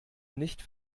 nicht